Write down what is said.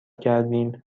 کردیم